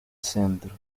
centro